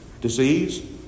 disease